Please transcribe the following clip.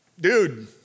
dude